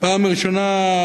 פעם ראשונה,